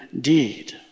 deed